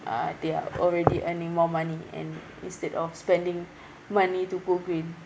uh they are already earning more money and instead of spending money to go green